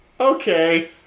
okay